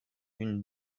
une